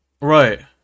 Right